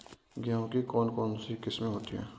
गेहूँ की कौन कौनसी किस्में होती है?